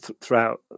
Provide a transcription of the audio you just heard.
throughout